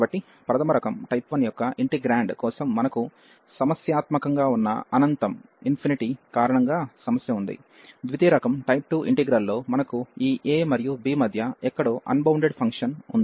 కాబట్టి ప్రధమ రకం యొక్క ఇంటెగ్రాండ్ కోసం మనకు సమస్యాత్మకంగా ఉన్న అనంతం కారణంగా సమస్య ఉంది ద్వితీయ రకం ఇంటిగ్రల్ లో మనకు ఈ a మరియు b మధ్య ఎక్కడో అన్బౌండెడ్ ఫంక్షన్ ఉంది